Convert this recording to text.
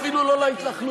אפילו לא להתנחלויות,